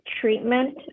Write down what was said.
treatment